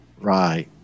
Right